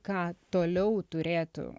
ką toliau turėtų